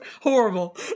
horrible